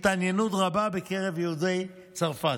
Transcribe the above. התעניינות רבה בקרב יהודי צרפת.